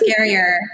scarier